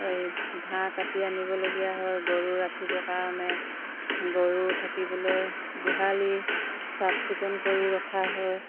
ঘাঁহ কাটি আনিবলগীয়া হয় গৰু ৰাখিবৰ কাৰণে গৰু থাকিবলৈ গোহালি চাফ চিকুণ কৰি ৰখা হয়